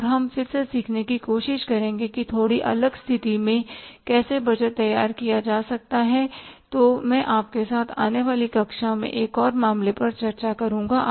और हम फिर से सीखने की कोशिश करेंगे कि थोड़ी अलग स्थिति मेंकैसे बजट तैयार किया जा सकता है तो मैं आपके साथ आने वाली कक्षा में एक और मामले पर चर्चा करुंगा